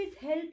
help